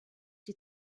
die